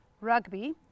rugby